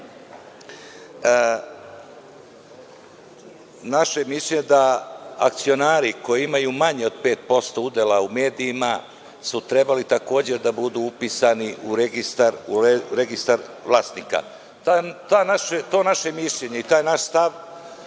Naše je mišljenje da akcionari koji imaju manje od 5% udela u medijima su trebali takođe da budu upisani u registar vlasnika. To naše mišljenje i taj naš stav